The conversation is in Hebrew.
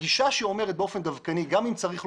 גישה שאומרת באופן דווקני שגם אם צריך,